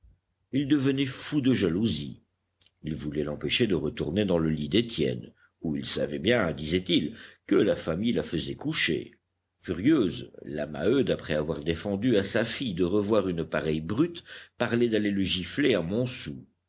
il devenait fou de jalousie il voulait l'empêcher de retourner dans le lit d'étienne où il savait bien disait-il que la famille la faisait coucher furieuse la maheude après avoir défendu à sa fille de revoir une pareille brute parlait d'aller le gifler à montsou